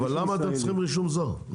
למה אתם צריכים רישום זר?